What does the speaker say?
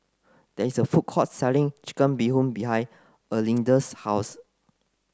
there is a food court selling chicken Bee Hoon behind Erlinda's house